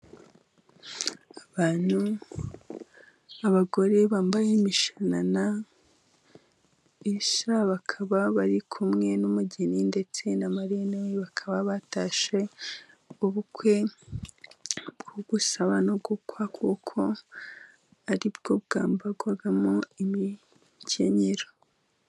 Abantu, abagore bambaye imishanana mishya, bakaba bari kumwe n'umugeni ndetse na marene bakaba batashye ubukwe bwo gusaba no gukwa, kuko aribwo bwambarwamo imikenyero.